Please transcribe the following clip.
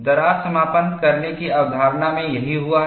दरार समापन करने की अवधारणा में यही हुआ है